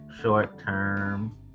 short-term